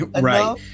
right